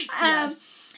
Yes